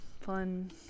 fun